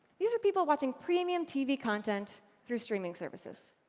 these are people watching premium tv content through streaming services.